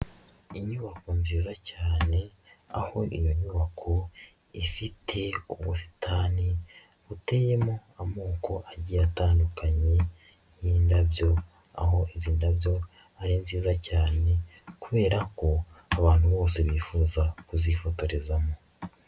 Inyubako nziza cyane, aho iyo nyubako ifite ubusitani buteyemo amoko agiye atandukanye y'indabyo, aho izi ndabyo ari nziza cyane kubera ko abantu bose bifuza kuzifotorezamo.